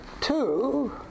two